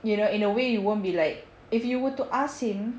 you know in a way you won't be like if you were to ask him